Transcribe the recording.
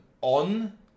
on